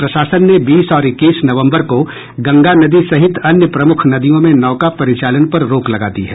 प्रशासन ने बीस और इक्कीस नवम्बर को गंगा नदी सहित अन्य प्रमुख नदियों में नौका परिचालन पर रोक लगा दी है